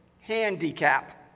handicap